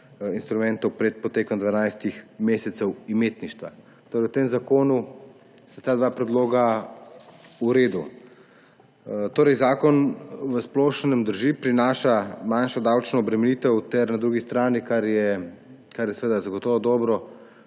instrumentov pred potekom 12 mesecev imetništva. V tem zakonu sta ta dva predloga v redu. Zakon, v splošnem drži, prinaša manjšo davčno obremenitev ter na drugi strani, kar je zagotovo dobro,